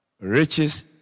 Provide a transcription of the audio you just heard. riches